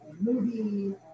movie